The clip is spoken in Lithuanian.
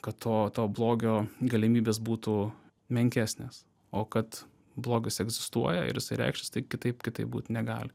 kad to to blogio galimybės būtų menkesnės o kad blogis egzistuoja ir jisai reikšis tai kitaip kitaip būt negali